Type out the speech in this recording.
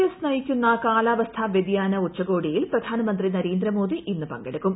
S നയിക്കുന്ന കാലാവസ്ഥ വൃതിയാന ഉച്ചകോടിയിൽ പ്രധാനമന്ത്രി നരേന്ദ്രമോദി ഇന്ന് പങ്കെടുക്കും